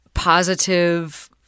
Positive